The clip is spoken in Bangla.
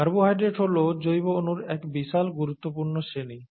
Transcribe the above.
কার্বোহাইড্রেট হল জৈবঅণুর এক বিশাল গুরুত্বপূর্ণ শ্রেণী